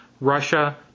Russia